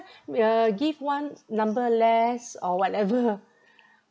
yeah give one number less or whatever